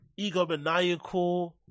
egomaniacal